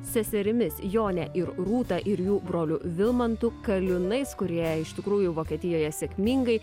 seserimis jone ir rūta ir jų broliu vilmantu kaliunais kurie iš tikrųjų vokietijoje sėkmingai